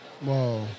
Whoa